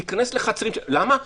להיכנס לחצרו למה?